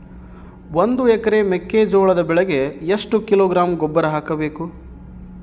ಒಂದು ಎಕರೆ ಮೆಕ್ಕೆಜೋಳದ ಬೆಳೆಗೆ ಎಷ್ಟು ಕಿಲೋಗ್ರಾಂ ಗೊಬ್ಬರ ಹಾಕಬೇಕು?